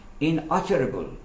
inutterable